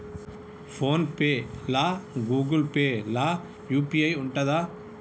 Phone pay లా Google Pay లా UPI ఉంటదా?